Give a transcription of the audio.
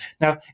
Now